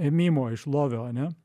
ėmimo iš lovio ane